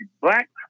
black